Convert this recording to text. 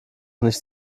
nicht